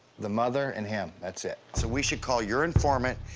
the mother, and him. that's it. so we should call your informant,